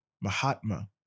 Mahatma